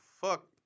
fuck